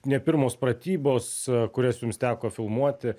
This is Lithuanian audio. ne pirmos pratybos kurias jums teko filmuoti